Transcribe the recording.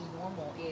normal